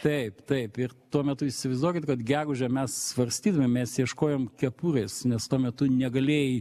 taip taip ir tuo metu įsivaizduokit kad gegužę mes svarstydami mes ieškojom kepurės nes tuo metu negalėjai